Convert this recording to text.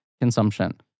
consumption